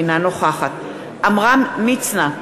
אינה נוכחת עמרם מצנע,